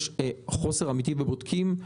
יש חוסר אמיתי בבודקים.